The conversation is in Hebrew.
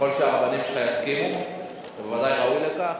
ככל שהרבנים שלך יסכימו, בוודאי אתה ראוי לכך,